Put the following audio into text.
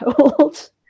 old